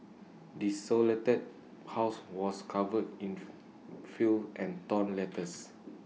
desolated house was covered in filth and torn letters